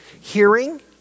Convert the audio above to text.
hearing